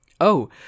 Oh